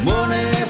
Money